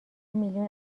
میلیون